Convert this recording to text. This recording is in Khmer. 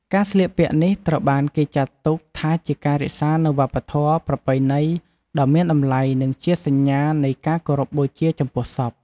ការស្លៀកពាក់នេះត្រូវបានគេចាត់ទុកថាជាការរក្សានូវវប្បធម៍ប្រពៃណីដ៏មានតម្លៃ និងជាសញ្ញានៃការគោរពបូជាចំពោះសព។